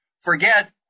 Forget